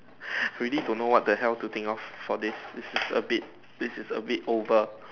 really don't know what the hell to think of for this this is a bit this is a bit over